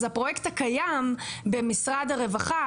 אז הפרויקט הקיים במשרד הרווחה,